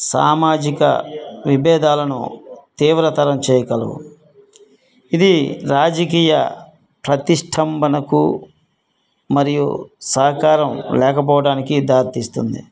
సామాజిక విభేదాలను తీవ్రతరం చేయగలవు ఇది రాజకీయ ప్రతిష్టంబనకు మరియు సహకారం లేకపోవడానికి దారి తీస్తుంది